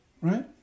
right